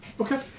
Okay